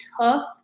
tough